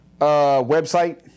website